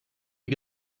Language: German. die